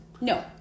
No